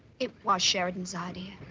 it was sheridan's idea.